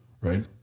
right